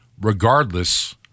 regardless